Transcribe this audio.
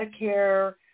Medicare